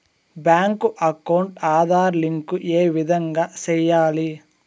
Bank account Aadhaar link ఏ విధంగా సెయ్యాలి?